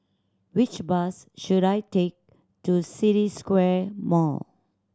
which bus should I take to City Square Mall